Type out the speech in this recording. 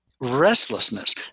restlessness